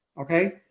Okay